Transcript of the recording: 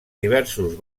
diversos